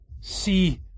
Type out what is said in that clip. see